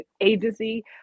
agency